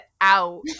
out